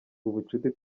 ubucuti